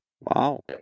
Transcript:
Wow